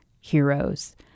heroes